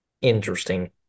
Interesting